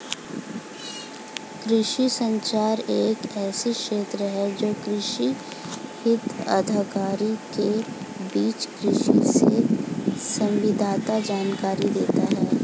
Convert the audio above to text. कृषि संचार एक ऐसा क्षेत्र है जो कृषि हितधारकों के बीच कृषि से संबंधित जानकारी देता है